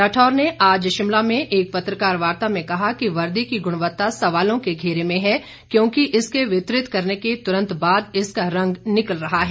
राठौर ने आज शिमला में एक पत्रकार वार्ता में कहा कि वर्दी की गृणवत्ता सवालों के घेरे में है क्योंकि इसके वितरित करने के तुरंत बाद इसका रंग निकल रहा है